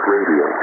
Radio